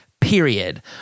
period